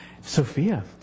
Sophia